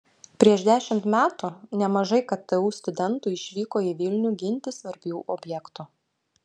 prieš dešimt metų nemažai ktu studentų išvyko į vilnių ginti svarbių objektų